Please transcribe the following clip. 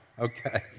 Okay